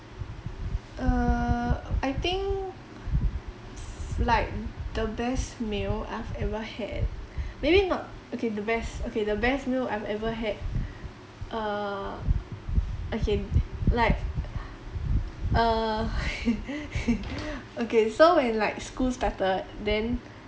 err I think s~ like the best meal I've ever had maybe not okay the best okay the best meal I've ever had err okay t~ like err okay so when like school started then